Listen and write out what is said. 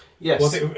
Yes